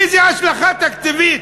איזו השלכה תקציבית?